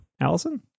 Allison